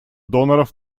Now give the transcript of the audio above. доноров